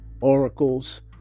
oracles